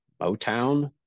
Motown